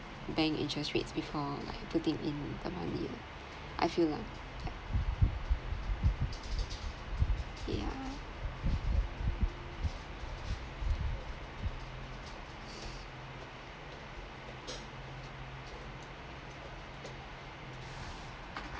bank interest rates before like putting in the money lah I feel lah yeah